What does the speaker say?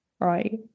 right